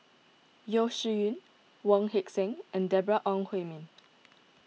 Yeo Shih Yun Wong Heck Sing and Deborah Ong Hui Min